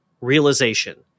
realization